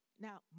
Now